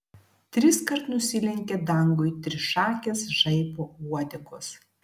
triskart nusilenkė dangui trišakės žaibo uodegos